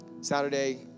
Saturday